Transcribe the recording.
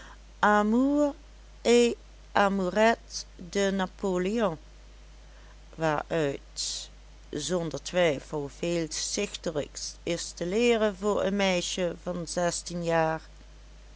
et amourettes de napoléon waaruit zonder twijfel veel stichtelijks is te leeren voor een meisje van zestien jaar